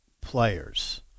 players